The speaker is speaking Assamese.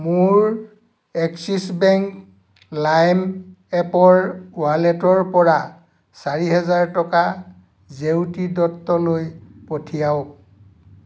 মোৰ এক্সিছ বেংক লাইম এপৰ ৱালেটৰ পৰা চাৰি হেজাৰ টকা জেউতি দত্তলৈ পঠিয়াওক